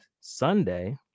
Sunday